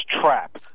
trap